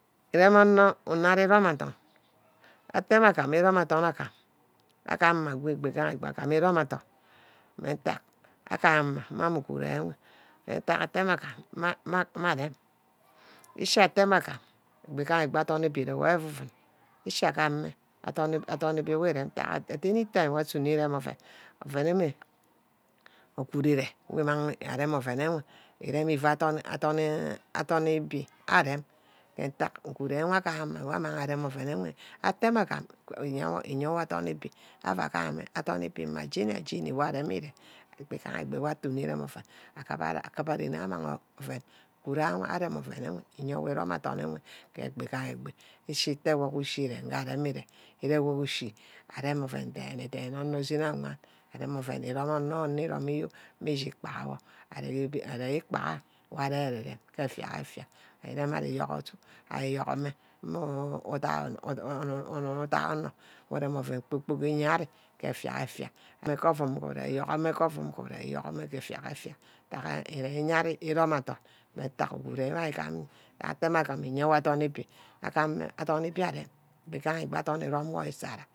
Urem onor una irome adorn, atte meagam irome adorn agam, agba-gameh ago ifu gaha irome adorm, meh-ntack agam uguru wor nna, atte mme agam mme arep, ishi attemer agam ordon ibi ifu sunea wey avenuen, ishi agam mme adorn ibi wi rem ntack at anytime wor asuno irem oven, oven ewe uguru ere wah amang arem oven wor erem adorn, adorn, adorn ibi mma arem mentack uguru wor agam wor amang arem oven ewe, ite mme agam, iyewo adorn ibi, ava gumame adorn ibi mma jeni-jeni wor arem ire eybi gaha egbi wor asunor irem oven aguphara akiba ren ayo amang oven uguru ayo amang arem oven u˒wor iyewor irome adorn ewe ke egbi igaha egbi, eshi ite-wor ke ushi ere, nga arem mme ere, erewor ke ushi arem oven dene dene onor ke esene awan, arem oven irome onor, mi rome yo ikpahawor arear ikpaha wor arear ere-rem ke effia effia irem ari youghume mme hmm hmm onun uthia onor ureme oven kpor-kpor uyer ari effia mme effia, mme ke ovum mme ure, ari youghume ke ovum mme ure, ari youghume ke effia mene effia, ntackha ire iye-ari erome adorn mme ntack uguru wor ari igam, itte mme agam, iyewor adorn ibi, agameh adorn ibi areme ifu gaha dorn irom wo ke esara.